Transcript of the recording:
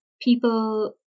people